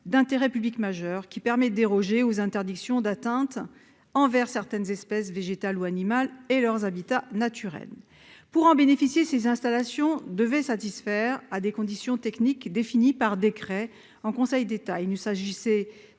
d'intérêt public majeur, qui permet de déroger aux interdictions d'atteintes envers certaines espèces végétales ou animales et leurs habitats naturels. Pour en bénéficier, ces installations devaient satisfaire à des conditions techniques définies par décret en Conseil d'État.